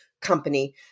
company